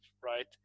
right